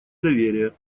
доверия